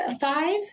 five